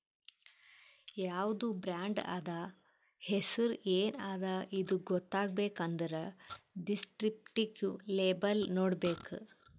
ಯಾವ್ದು ಬ್ರಾಂಡ್ ಅದಾ, ಹೆಸುರ್ ಎನ್ ಅದಾ ಇದು ಗೊತ್ತಾಗಬೇಕ್ ಅಂದುರ್ ದಿಸ್ಕ್ರಿಪ್ಟಿವ್ ಲೇಬಲ್ ನೋಡ್ಬೇಕ್